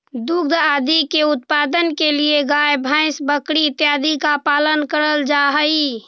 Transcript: दुग्ध आदि के उत्पादन के लिए गाय भैंस बकरी इत्यादि का पालन करल जा हई